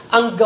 Ang